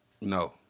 No